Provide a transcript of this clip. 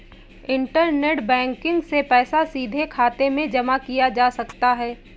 internet banking से पैसा सीधे खाते में जमा किया जा सकता है